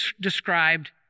described